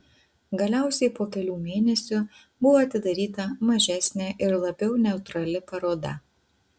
galiausiai po kelių mėnesių buvo atidaryta mažesnė ir labiau neutrali paroda